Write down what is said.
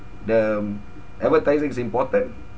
the advertising is important